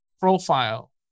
profile